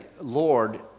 Lord